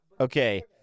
Okay